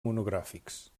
monogràfics